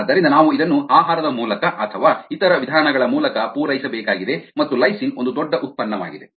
ಆದ್ದರಿಂದ ನಾವು ಇದನ್ನು ಆಹಾರದ ಮೂಲಕ ಅಥವಾ ಇತರ ವಿಧಾನಗಳ ಮೂಲಕ ಪೂರೈಸಬೇಕಾಗಿದೆ ಮತ್ತು ಲೈಸಿನ್ ಒಂದು ದೊಡ್ಡ ಉತ್ಪನ್ನವಾಗಿದೆ